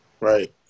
Right